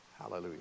hallelujah